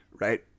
right